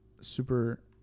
super